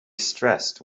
stressed